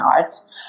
arts